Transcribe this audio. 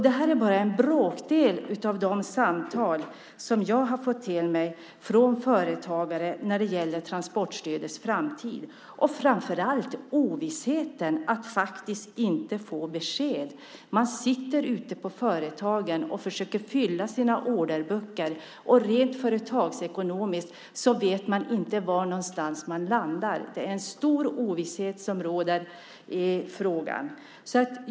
Det här är bara en bråkdel av de samtal som jag har fått till mig från företagare när det gäller transportstödets framtid och framför allt ovissheten, att faktiskt inte få besked. Man sitter ute på företagen och försöker fylla sina orderböcker, och rent företagsekonomiskt vet man inte var någonstans man landar. En stor ovisshet råder i frågan.